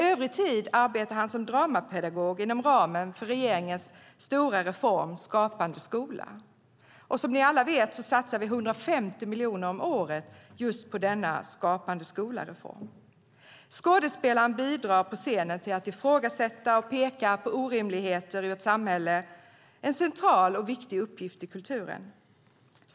Övrig tid arbetar han som dramapedagog inom ramen för regeringens stora reform Skapande skola. Som ni alla vet satsar vi 150 miljoner om året på reformen Skapande skola. Skådespelaren bidrar på scenen till att ifrågasätta och peka på orimligheter i vårt samhälle. Det är en central och viktig uppgift för kulturen.